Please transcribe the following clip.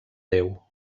déu